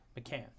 mccann